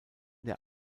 der